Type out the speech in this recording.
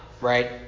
right